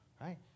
right